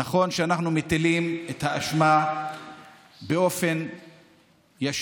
נכון שאנחנו מטילים את האשמה באופן ישיר,